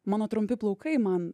mano trumpi plaukai man